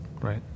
right